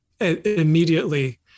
immediately